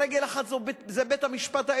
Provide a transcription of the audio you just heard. רגל אחת זה בית המשפט-העליון,